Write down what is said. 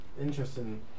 interesting